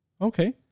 Okay